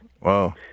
Wow